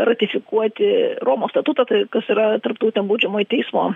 ratifikuoti romos statutą tai kas yra tarptautinio baudžiamojo teismo